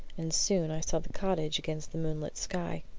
and soon i saw the cottage against the moonlit sky.